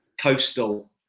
coastal